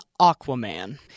Aquaman